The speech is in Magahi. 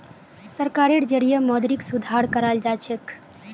सरकारेर जरिएं मौद्रिक सुधार कराल जाछेक